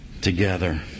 together